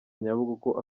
nyabugogo